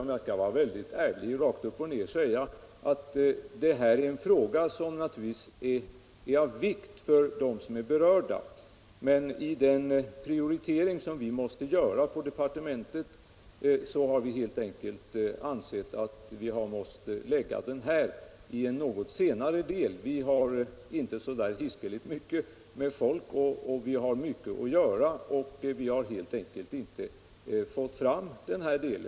Om jag skall vara väldigt ärlig kan jag rakt upp och ner säga att det här är en fråga som naturligtvis är av vikt för dem som är berörda, men i den prioritering som vi måste göra på departementet har vi helt enkelt ansett oss vara tvungna att lägga denna fråga i en något senare del av arbetet. Vi har inte så mycket folk, men vi har mycket att göra och vi har helt enkelt inte fått fram denna del.